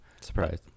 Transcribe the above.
Surprise